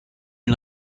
une